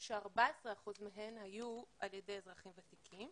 כאשר 14 אחוזים מהן היו על ידי אזרחים ותיקים.